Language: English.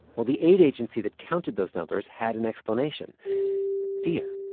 well, the aid agency that counted those numbers had an explanation fear.